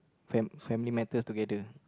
fam~ family matters together